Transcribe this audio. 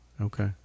Okay